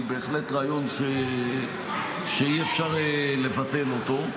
הוא בהחלט רעיון שאי-אפשר לבטל אותו.